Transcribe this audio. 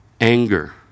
Anger